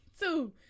two